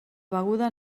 beguda